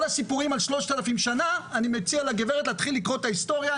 כל הסיפורים על 3,000 שנה אני מציע לגברת להתחיל לקרוא את ההיסטוריה,